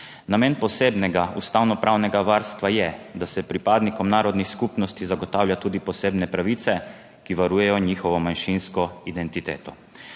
Namen posebnega ustavnopravnega varstva je, da se pripadnikom narodnih skupnosti zagotavlja tudi posebne pravice, ki varujejo njihovo manjšinsko identiteto.